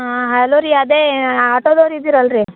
ಹಾಂ ಹಲೋ ರೀ ಅದೇ ಆಟೋದವ್ರು ಇದಿರಲ್ರಿ